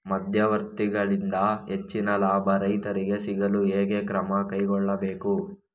ಮಧ್ಯವರ್ತಿಗಳಿಂದ ಹೆಚ್ಚಿನ ಲಾಭ ರೈತರಿಗೆ ಸಿಗಲು ಹೇಗೆ ಕ್ರಮ ಕೈಗೊಳ್ಳಬೇಕು?